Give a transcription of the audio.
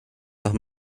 nach